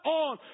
on